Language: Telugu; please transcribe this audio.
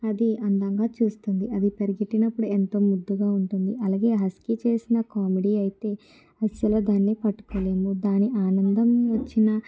అది అందంగా చూస్తుంది అది పరిగెత్తినప్పుడు ఎంతో ముద్దుగా ఉంటుంది అలాగే హస్కీ చేసిన కామెడీ అయితే అసలు దాన్ని పట్టుకోలేము దానికి ఆనందం వచ్చిన